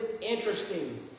interesting